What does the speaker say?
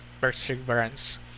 perseverance